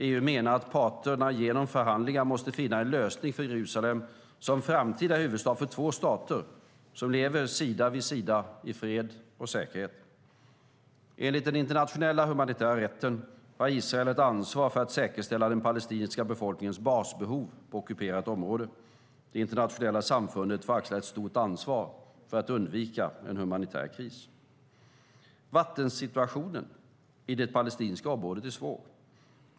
EU menar att parterna genom förhandlingar måste finna en lösning för Jerusalem som framtida huvudstad för två stater som lever sida vid sida i fred och säkerhet. Enligt den internationella humanitära rätten har Israel ett ansvar för att säkerställa den palestinska befolkningens basbehov på ockuperat område. Det internationella samfundet får axla ett stort ansvar för att undvika en humanitär kris. Vattensituationen i det palestinska området är svår.